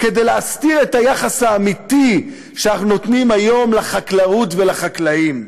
כדי להסתיר את היחס האמיתי שאנחנו נותנים היום לחקלאות ולחקלאים.